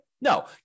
No